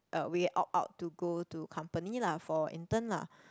a way opt out to go to company lah for intern lah